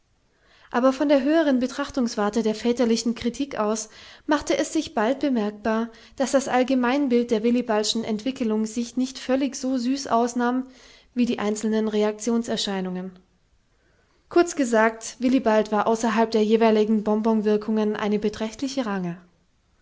aber von der höheren betrachtungswarte der väterlichen kritik aus machte es sich bald bemerkbar daß das allgemeinbild der willibaldschen entwickelung sich nicht völlig so süß ausnahm wie die einzelnen reaktionserscheinungen kurz gesagt willibald war außerhalb der jeweiligen bonbonwirkungen eine beträchtliche range